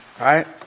right